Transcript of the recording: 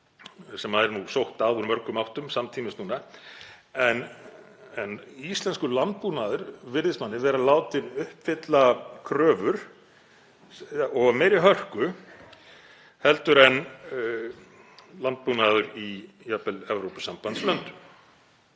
sem er sótt að úr mörgum áttum samtímis núna. En íslenskur landbúnaður virðist manni vera látinn uppfylla kröfur af meiri hörku en landbúnaður í jafnvel Evrópusambandslöndum.